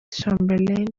chamberlain